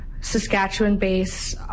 Saskatchewan-based